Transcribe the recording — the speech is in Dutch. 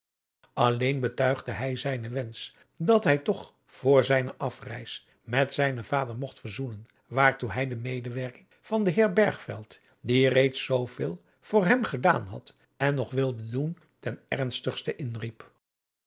alleen betuigde hij zijnen wensch dat hij toch voor zijne afreis met zijnen vader mogt verzoenen waartoe hij de medewerking van den heer bergveld die reeds zooveel voor hem gedaan had en nog wilde doen ten ernstigste inriep